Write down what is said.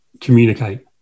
communicate